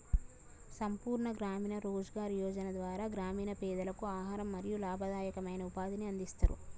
సంపూర్ణ గ్రామీణ రోజ్గార్ యోజన ద్వారా గ్రామీణ పేదలకు ఆహారం మరియు లాభదాయకమైన ఉపాధిని అందిస్తరు